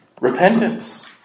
Repentance